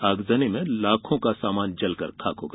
आगजनी में लाखों का सामान जलकर खाक हो गया